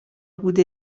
بوده